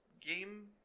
Game